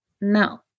No